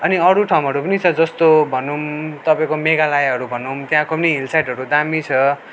अनि अरू ठाउँहरू पनि छ जस्तो भनौँ तपाईँको मेघालयहरू भनौँ त्यहाँको पनि हिल साइडहरू दामी छ